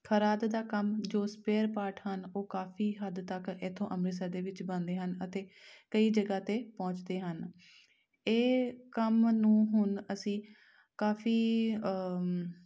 ਖਰਾਦ ਦਾ ਕੰਮ ਜੋ ਸਪੇਅਰ ਪਾਰਟ ਹਨ ਉਹ ਕਾਫੀ ਹੱਦ ਤੱਕ ਇੱਥੋਂ ਅੰਮ੍ਰਿਤਸਰ ਦੇ ਵਿੱਚ ਬਣਦੇ ਹਨ ਅਤੇ ਕਈ ਜਗ੍ਹਾ 'ਤੇ ਪਹੁੰਚਦੇ ਹਨ ਇਹ ਕੰਮ ਨੂੰ ਹੁਣ ਅਸੀਂ ਕਾਫੀ